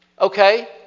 Okay